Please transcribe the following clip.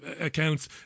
accounts